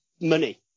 money